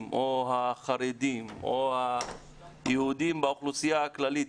או החרדים או היהודים באוכלוסייה הכללית,